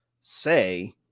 say